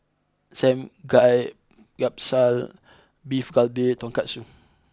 Samgyeopsal Beef Galbi Tonkatsu